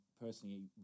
personally